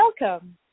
welcome